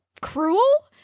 cruel